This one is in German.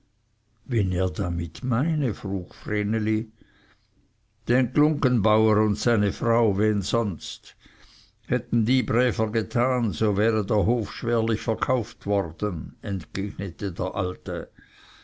wen er damit meine frug vreneli den glunggenbauer und seine frau wen sonst hätten die bräver getan so wäre der hof schwerlich verkauft worden entgegnete der alte